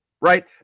right